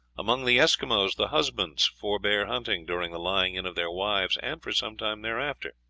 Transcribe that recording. among the esquimaux the husbands forbear hunting during the lying-in of their wives and for some time thereafter.